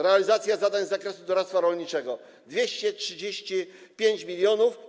Realizacja zadań z zakresu doradztwa rolniczego - 235 mln.